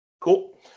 Cool